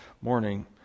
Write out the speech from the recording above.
morning